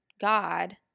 God